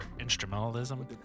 Instrumentalism